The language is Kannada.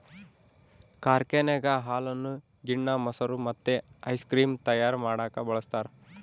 ಕಾರ್ಖಾನೆಗ ಹಾಲನ್ನು ಗಿಣ್ಣ, ಮೊಸರು ಮತ್ತೆ ಐಸ್ ಕ್ರೀಮ್ ತಯಾರ ಮಾಡಕ ಬಳಸ್ತಾರ